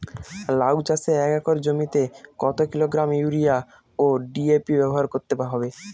লাউ চাষে এক একর জমিতে কত কিলোগ্রাম ইউরিয়া ও ডি.এ.পি ব্যবহার করতে হবে?